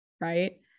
right